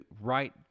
right